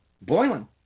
boiling